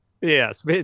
Yes